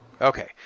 Okay